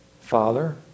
father